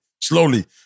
slowly